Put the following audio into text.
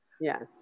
Yes